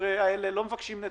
החבר'ה האלה לא מבקשים נדבות,